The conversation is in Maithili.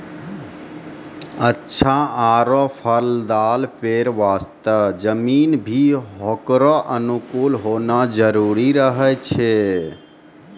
अच्छा आरो फलदाल पेड़ वास्तॅ जमीन भी होकरो अनुकूल होना जरूरी रहै छै